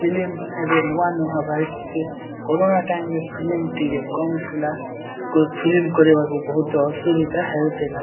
film ଏବେ ନୂଆ ନୂଆ କୋରୋନା ଟାଇମ୍ରେ ଫିଲ୍ମ ଟିକେ କମ୍ ଥିଲା ଫିଲ୍ମ କରିବାକୁ ବହୁତ ଅସୁବିଧା ହେଉଥିଲା